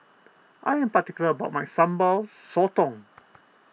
I am particular about my Sambal Sotong